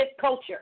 culture